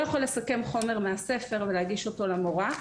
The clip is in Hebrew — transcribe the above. יכול לסכם חומר מהספר ולהגיש אותו למורה,